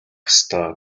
ёстой